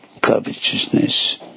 covetousness